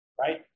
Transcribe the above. right